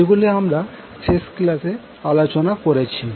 যেগুলি আমরা শেষ ক্লাসে আলোচনা করেছি